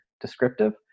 descriptive